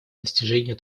достижению